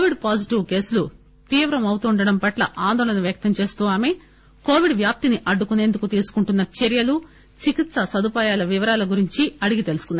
Covid positive కేసులు తీవ్రమౌతుండటం పట్ల ఆందోళన వ్యక్తం చేస్తూ ఆమె కోవిడ్ వ్యాప్తిని అడ్డుకునేందుకు తీసుకుంటున్న చర్యలు చికిత్ప సదుపాయాల వివరాల గురించి అడిగి తెలుసుకున్నారు